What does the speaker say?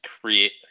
create